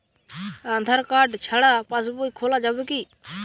আধার card ছাড়া passbook খোলা যাবে কি?